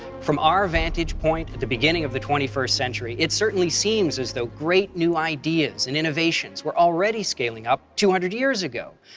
from our vantage point at the beginning of the twenty first century, it certainly seems as though great new ideas and innovations were already scaling-up two hundred years ago.